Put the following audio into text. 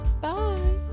bye